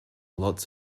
lots